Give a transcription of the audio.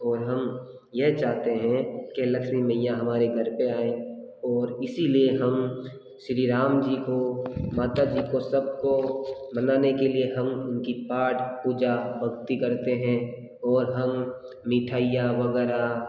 और हम यह चाहते हैं कि लक्ष्मी मैंया हमारे घर पे आएं और इसीलिए हम श्री राम जी को माता जी को सबको मनाने के लिए हम उनकी पाठ पूजा भक्ति करते हैं और हम मिठाइयाँ वगैरह